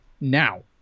now